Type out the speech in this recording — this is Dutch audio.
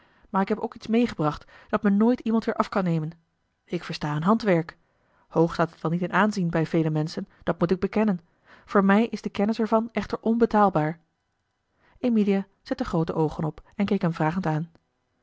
maar ik heb ook iets meegebracht dat me nooit iemand weer af kan nemen ik versta een handwerk hoog staat het wel niet in aanzien bij vele menschen dat moet ik bekennen voor mij is de kennis er van echter onbetaalbaar eli heimans willem roda emilia zette groote oogen op en keek hem vragend aan